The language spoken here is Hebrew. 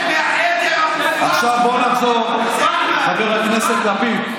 עכשיו בוא נחזור לחבר הכנסת לפיד.